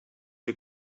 you